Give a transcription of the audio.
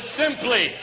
simply